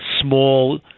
small